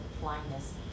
blindness